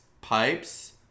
Pipes